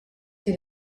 did